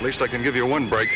at least i can give you one break